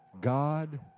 God